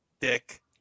dick